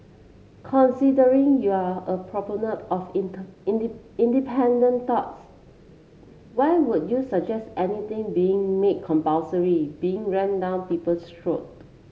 considering you're a proponent of independent thoughts why would you suggest anything being made compulsory being rammed down people's throat